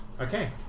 Okay